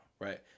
Right